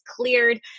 cleared